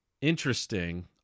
interesting